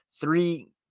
Three